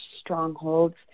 strongholds